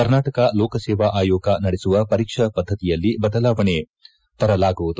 ಕರ್ನಾಟಕ ಲೋಕಸೇವಾ ಆಯೋಗ ನಡೆಸುವ ಪರೀಕ್ಷಾ ಪದ್ದತಿಯಲ್ಲಿ ಬದಲಾವಣೆ ತರಲಾಗುವುದು